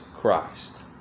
Christ